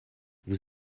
vous